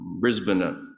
Brisbane